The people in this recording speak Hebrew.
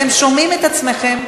אתם שומעים את עצמכם?